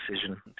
decision